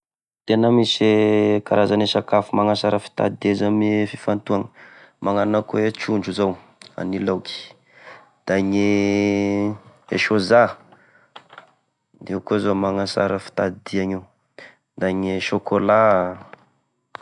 Tena misy e karazane e sakafo manasara fitadidia izy ame fifantohana, magnano akô e trondro zao gna ny laoky ,da gne e sôza! da io koa zao magnasara fitadidiana io, da gne chocolat.